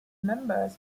members